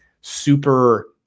super